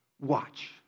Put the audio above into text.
Watch